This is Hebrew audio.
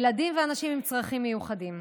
ילדים ואנשים עם צרכים מיוחדים.